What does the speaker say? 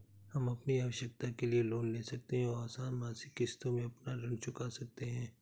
हम अपनी आवश्कता के लिए लोन ले सकते है और आसन मासिक किश्तों में अपना ऋण चुका सकते है